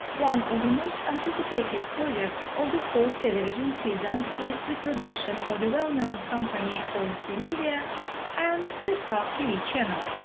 one of the most anticipated projects of the fall television season is the production of the well-known company o three medya and the star tv channel.